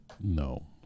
no